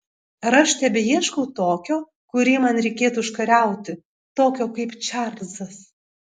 ar aš tebeieškau tokio kurį man reikėtų užkariauti tokio kaip čarlzas